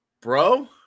bro